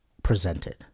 presented